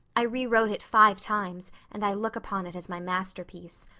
i rewrote it five times and i look upon it as my masterpiece.